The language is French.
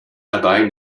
abbaye